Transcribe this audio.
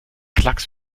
klacks